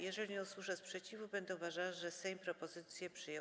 Jeżeli nie usłyszę sprzeciwu, będę uważała, że Sejm propozycję przyjął.